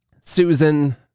Susan